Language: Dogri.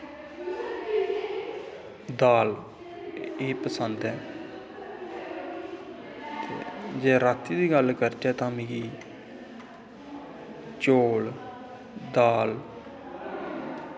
दाल एह् पसंद ऐ ते जे रातीं दी करचै तां मिगी चौल दाल